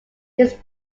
his